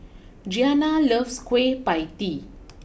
Giana loves Kueh Pie Tee